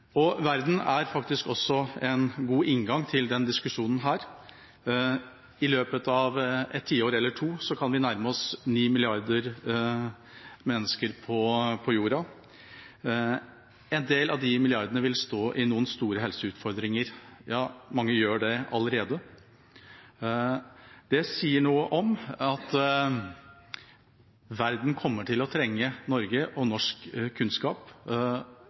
i verden. Verden er faktisk en god inngang til denne diskusjonen. I løpet av et tiår eller to kan vi nærme oss 9 milliarder mennesker på jorda. En del av de milliardene mennesker vil stå i noen store helseutfordringer – mange av dem gjør det allerede. Det sier noe om at verden kommer til å trenge Norge og norsk kunnskap,